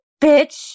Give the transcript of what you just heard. bitch